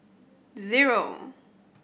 zero